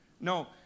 No